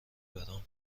برام